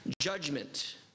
judgment